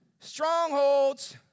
Strongholds